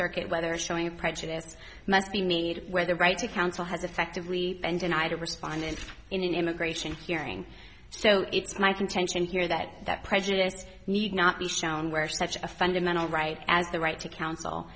circuit whether showing a prejudice must be made where the right to counsel has effectively been denied responded in an immigration hearing so it's my contention here that that prejudice need not be shown where such a fundamental right as the right to counsel